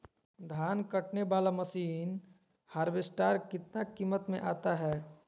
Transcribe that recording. धान कटने बाला मसीन हार्बेस्टार कितना किमत में आता है?